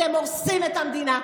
אתם הורסים את המדינה.